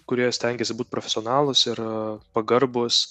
kurie stengėsi būt profesionalūs ir pagarbūs